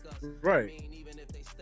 Right